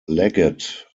leggett